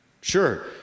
Sure